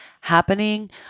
happening